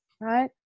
right